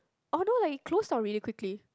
although I close like really quickly